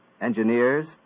engineers